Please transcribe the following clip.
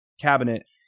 cabinet